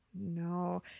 no